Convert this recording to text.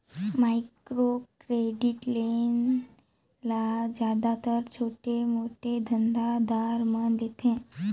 micro credit loan ल जादातर छोटे मोटे धंधा दार मन लेथें